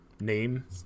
name